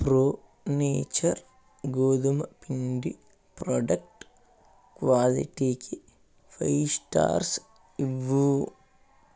pro nature గోధుమ పిండి product క్వాలిటీకి ఫైవ్ స్టార్స్ ఇవ్వు